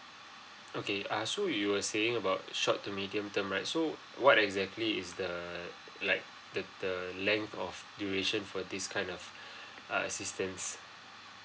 okay uh so you were saying about short to medium term right so what exactly is the like the the length of duration for this kind of err assistance